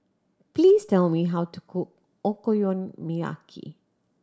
please tell me how to cook Okonomiyaki